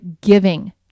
giving